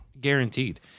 Guaranteed